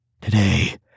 Today